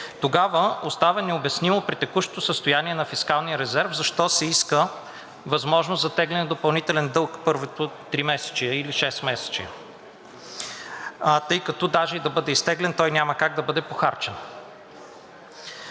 Тогава остава необяснимо при текущото състояние на фискалния резерв защо се иска възможност за теглене на допълнителен дълг първото тримесечие или шестмесечие, тъй като даже и да бъде изтеглен, той няма как да бъде похарчен?